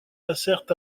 passèrent